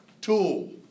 tool